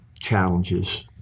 challenges